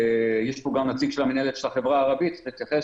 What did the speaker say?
יש פה נציג של המנהלת של החברה הערבית שמתייחס לזה